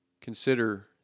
consider